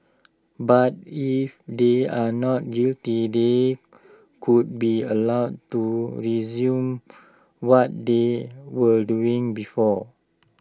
but if they are not guilty they could be allowed to resume what they were doing before